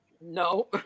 no